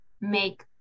make